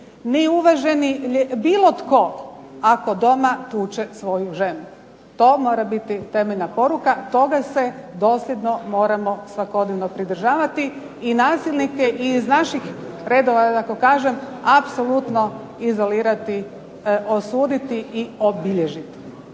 ni uvaženi bilo tko ako doma tuče svoju ženu, to mora biti temeljna poruka toga se moramo dosljedno pridržavati i nasilnike iz naših redova, da tako kažem, apsolutno izolirati, osuditi i obilježiti.